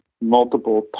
multiple